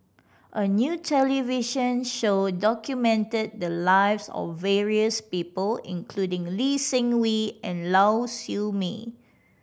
a new television show documented the lives of various people including Lee Seng Wee and Lau Siew Mei